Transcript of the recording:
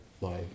life